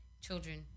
children